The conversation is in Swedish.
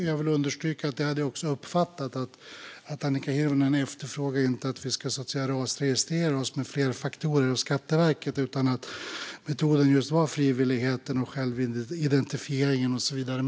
Jag vill understryka att jag har uppfattat att Annika Hirvonen inte efterfrågar att vi ska rasregistrera oss med fler faktorer hos Skatteverket utan att metoden just var frivillighet, självidentifiering och så vidare.